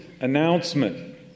announcement